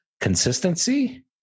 consistency